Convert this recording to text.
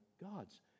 gods